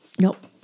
Nope